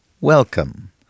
welcome